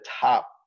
top